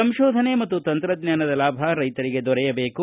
ಸಂಶೋಧನೆ ಮತ್ತು ತಂತ್ರಜ್ಞಾನದ ಲಾಭ ರೈತರಿಗೆ ದೊರೆಯಬೇಕು